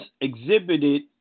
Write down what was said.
exhibited